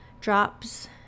drops